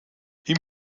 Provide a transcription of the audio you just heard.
ihm